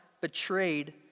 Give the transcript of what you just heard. betrayed